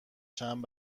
چند